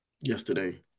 yesterday